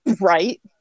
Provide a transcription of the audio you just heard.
right